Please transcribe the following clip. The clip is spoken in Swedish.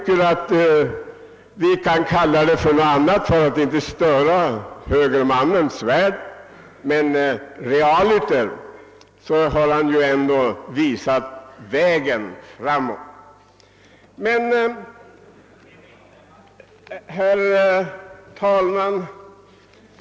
För att inte störa högermannen Svärd kanske vi kan kalla honom för något annat, men realiter har han ändå visat vägen framåt. Herr talman!